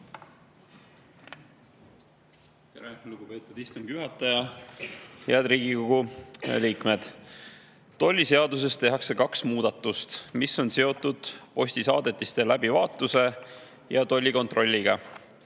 Lugupeetud istungi juhataja! Head Riigikogu liikmed! Tolliseaduses tehakse kaks muudatust, mis on seotud postisaadetiste läbivaatuse ja tollikontrolliga.